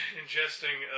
ingesting